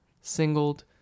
Singled